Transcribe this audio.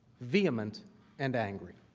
vehement and angry.